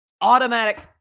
automatic